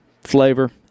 flavor